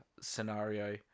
scenario